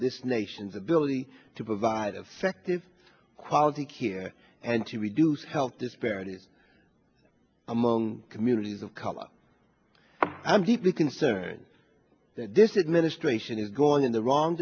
this nation's ability to provide effective quality care and to reduce health disparities among communities of color i'm deeply concerned that this is ministration is going in the wrong